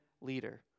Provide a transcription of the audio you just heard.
leader